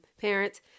parents